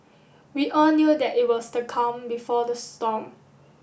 we all knew that it was the calm before the storm